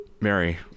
Mary